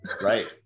right